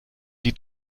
die